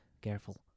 careful